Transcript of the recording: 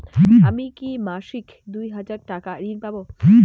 আমি কি মাসিক দুই হাজার টাকার ঋণ পাব?